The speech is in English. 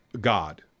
God